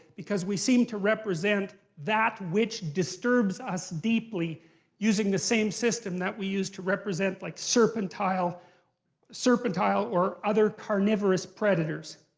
because we seem to represent that which disturbs us deeply using the same system that we use to represent like serpentile serpentile or other carnviorous predators.